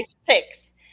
six